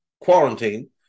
quarantine